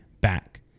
back